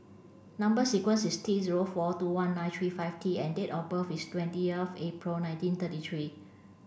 number sequence is T zero four two one nine three five T and date of birth is twentieth April nineteen thirty three